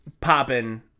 popping